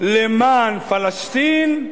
למען יפו,